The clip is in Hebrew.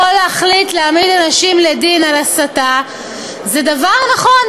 להחליט להעמיד אנשים לדין על הסתה היא דבר נכון,